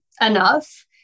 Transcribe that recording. enough